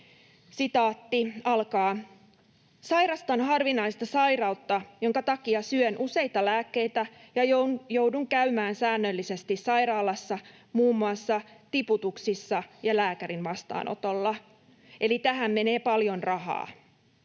ei tosin pärjää.” ”Sairastan harvinaista sairautta, jonka takia syön useita lääkkeitä ja joudun käymään säännöllisesti sairaalassa muun muassa tiputuksissa ja lääkärin vastaanotolla. Eli tähän menee paljon rahaa.